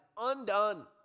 undone